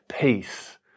peace